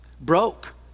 broke